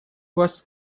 вас